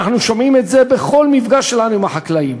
הוותיקים אמורים לקבל את מה שמגיע להם בגו זקוף.